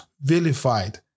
vilified